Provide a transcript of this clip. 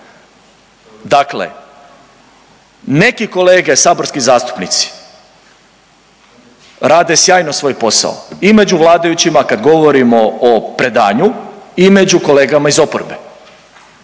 dakle neki kolege saborski zastupnici rade sjajno svoj posao i među vladajućima kad govorimo o predanju i među kolegama iz oporbe.